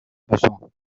besoin